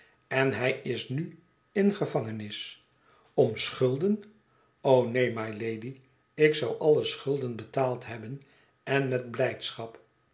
en hij is nu in gevangenis om schulden o neen mylady ik zou alle schulden betaald hebben en met blijdschap